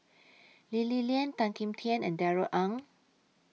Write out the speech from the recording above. Lee Li Lian Tan Kim Tian and Darrell Ang